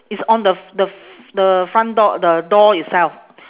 it's on the f~ the f~ the front door the door itself